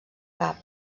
cap